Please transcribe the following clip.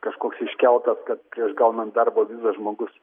kažkoks iškeltas kad prieš gaunant darbo vizą žmogus